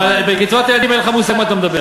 אבל בקצבאות ילדים, אין לך מושג על מה אתה מדבר.